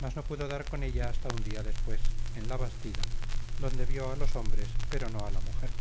mas no pudo dar con ella asta un día después en la bastida donde vio a los ombres pero no a la mujer